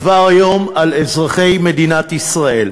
עבר היום על אזרחי מדינת ישראל.